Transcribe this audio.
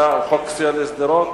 אתה מדבר על חוק סיוע לשדרות?